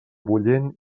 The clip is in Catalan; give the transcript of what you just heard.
bullent